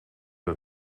het